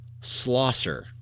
Slosser